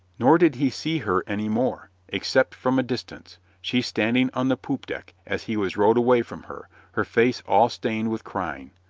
nor did he see her any more, except from a distance, she standing on the poop deck as he was rowed away from her, her face all stained with crying.